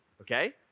okay